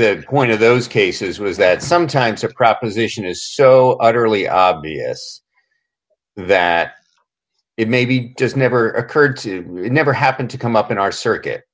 the point of those cases was that sometimes a proposition is so utterly obvious that it maybe just never occurred to you it never happened to come up in our circuit